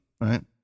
right